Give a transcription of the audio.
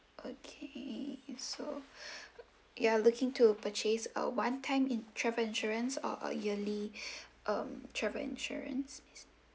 okay so you're looking to purchase a one time travel insurance or a yearly um travel insurance